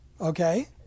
Okay